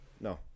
No